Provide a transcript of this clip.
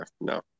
No